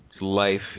life